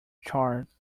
chart